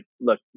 look